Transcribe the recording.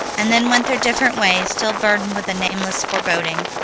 and then went their different ways, still burdened with a nameless foreboding.